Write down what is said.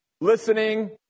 listening